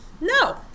No